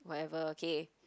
whatever okay